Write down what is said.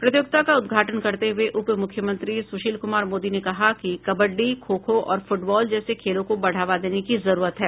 प्रतियोगिता का उद्घाटन करते हुए उप मुख्यमंत्री सुशील कुमार मोदी ने कहा कि कबड्डी खो खो और फुटबॉल जैसे खेलों को बढ़ावा देने की जरूरत है